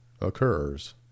occurs